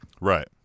right